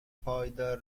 پایدار